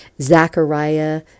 Zachariah